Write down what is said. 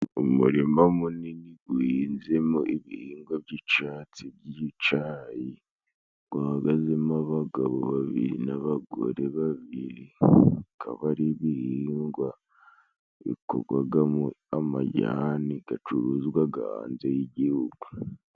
Umurima munini guhinzemo ibihingwa by'icatsi by'icayi, guhagazemo abagabo babiri n'abagore babiri, akaba ari ibihingwa bikorwagamo amajyani gacuruzwaga hanze y'igihugu.